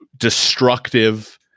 destructive